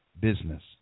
business